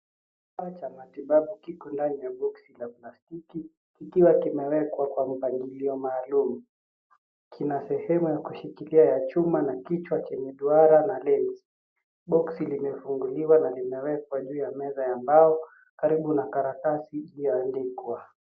Kifaa cha matibabu kiko ndani ya boksi la plastiki kikiwa kimewekwa kwa mpangilio maalum. Kina sehemu ya kushikilia ya chuma na kichwa chenye duara na lens . Boksi limefunguliwa na linawekwa juu ya meza ya mbao karibu na karatasi iliyoandikwa.